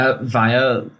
Via